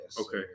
Okay